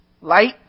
Light